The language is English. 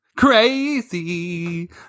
Crazy